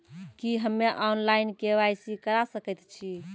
की हम्मे online, KYC करा सकैत छी?